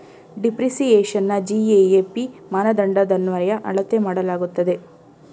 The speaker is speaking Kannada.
ಡಿಪ್ರಿಸಿಯೇಶನ್ನ ಜಿ.ಎ.ಎ.ಪಿ ಮಾನದಂಡದನ್ವಯ ಅಳತೆ ಮಾಡಲಾಗುತ್ತದೆ